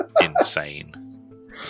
insane